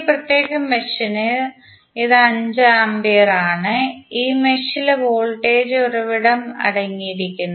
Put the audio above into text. അതിനാൽ ഈ പ്രത്യേക മെഷിന് ഇത് 5 ആമ്പിയർ ആണ് ഈ മെഷിൽ വോൾട്ടേജ് ഉറവിടം അടങ്ങിയിരിക്കുന്നു